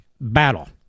battle